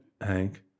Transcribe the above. Hank